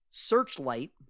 Searchlight